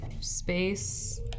space